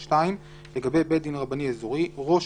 (2) לגבי בית דין רבני אזורי - ראש